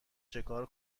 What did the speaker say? چکار